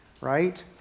right